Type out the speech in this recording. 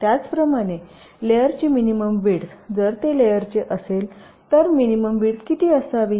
त्याचप्रमाणे लेअरची minimum width जर ते लेअरचे असेल तर मिनिमम विड्थ किती असावी